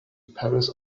paris